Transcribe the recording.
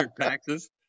taxes